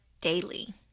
daily